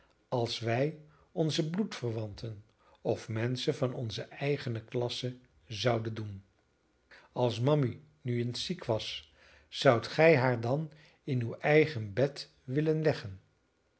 als wij onze bloedverwanten of menschen van onze eigene klasse zouden doen als mammy nu eens ziek was zoudt gij haar dan in uw eigen bed willen leggen